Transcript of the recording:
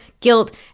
guilt